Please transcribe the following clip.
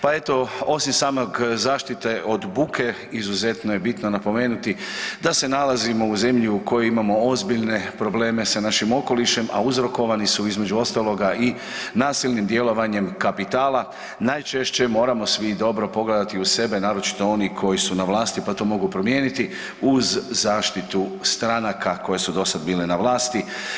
Pa evo, osim samog zaštite od buke izuzetno je bitno napomenuti da se nalazimo u zemlji u kojoj imamo ozbiljne probleme sa našim okolišem, a uzrokovani su između ostaloga i nasilnim djelovanjem kapitala, najčešće moramo svi dobro pogledati u sebe naročito oni koji su na vlasti, pa to mogu promijeniti uz zaštitu stranaka koje su dosad bile na vlasti.